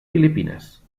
filipines